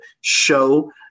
show